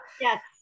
yes